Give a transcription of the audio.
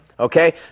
Okay